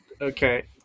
Okay